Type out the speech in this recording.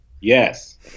Yes